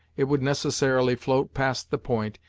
it would necessarily float past the point,